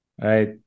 right